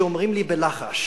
שאומרים לי בלחש: